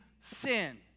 sin